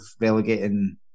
relegating